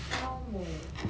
elmo